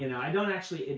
and i don't actually,